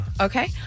Okay